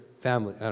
family